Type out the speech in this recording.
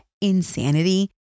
insanity